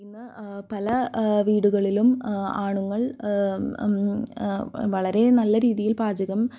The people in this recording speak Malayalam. ഇന്ന് പല വീടുകളിലും ആണുങ്ങൾ വളരെ നല്ല രീതിയിൽ പാചകം